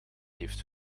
heeft